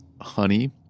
honey